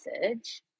message